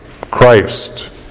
Christ